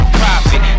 profit